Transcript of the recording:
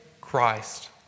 Christ